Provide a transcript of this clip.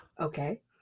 Okay